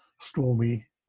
stormy